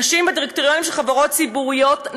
נשים בדירקטוריונים של חברות ציבוריות,